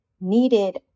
needed